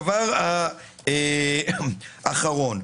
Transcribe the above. הדבר האחרון,